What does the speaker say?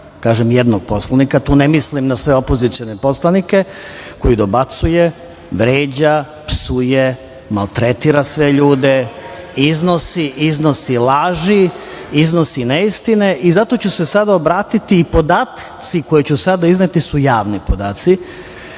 kažem jednog poslanika, tu ne mislim na sve opozicione poslanike, koji dobacuje, vređa, psuje, maltretira sve ljude, iznosi laži, iznosi neistine i zato ću se sada obratiti i podaci koje ću sada izneti su javni podaci.